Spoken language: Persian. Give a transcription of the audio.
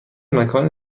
مکان